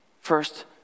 First